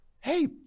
hey